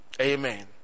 Amen